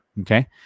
okay